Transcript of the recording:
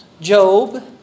Job